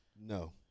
No